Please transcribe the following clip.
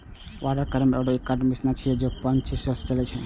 water frame एकटा कताइ machine छियै, जे पनचक्की सं चलै छै